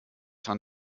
dran